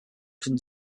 could